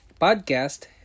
podcast